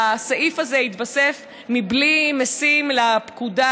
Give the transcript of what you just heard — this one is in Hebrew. הסעיף הזה התווסף מבלי משים לפקודה,